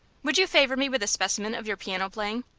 would you favor me with a specimen of your piano playing?